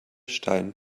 stein